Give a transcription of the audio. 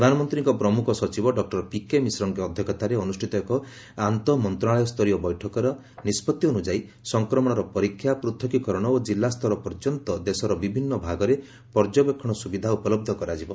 ପ୍ରଧାନମନ୍ତ୍ରୀଙ୍କ ପ୍ରମୁଖ ସଚିବ ଡକ୍ଟର ପିକେ ମିଶ୍ରଙ୍କ ଅଧ୍ୟକ୍ଷତାରେ ଅନୁଷ୍ଠିତ ଏକ ଆନ୍ତଃ ମନ୍ତ୍ରଣାଳୟ ସ୍ତରୀୟ ବୈଠକର ନିଷ୍କଭି ଅନୁଯାୟୀ ସଂକ୍ରମଣର ପରୀକ୍ଷା ପୃଥକୀକରଣ ଓ ଜିଲ୍ଲାସ୍ତର ପର୍ଯ୍ୟନ୍ତ ଦେଶର ବିଭିନ୍ନ ଭାଗରେ ପର୍ଯ୍ୟବେକ୍ଷଣ ସୁବିଧା ଉପଲହ୍ଧ କରାଯିବ